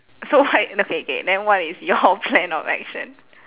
so what okay K then what is your plan of action